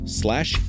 slash